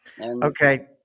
Okay